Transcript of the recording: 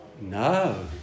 No